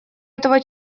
этого